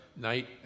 night